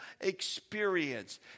experience